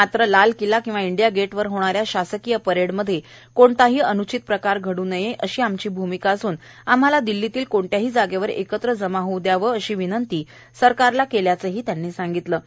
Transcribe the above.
मात्र लाल किल्ला किंवा India Gate वर होणाऱ्या शासकीय परेड मध्ये कोणताही अनुचित प्रकार घड् नये अशी आमची भूमिका असून आम्हाला दिल्लीतील कोणत्याही जागेवर एकत्र जमा होऊ द्यावे अशी विनंती आपण सरकारला केल्याचेही त्यांनी सांगितले आहे